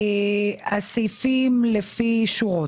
הסעיפים לפי שורות: